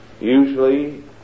usually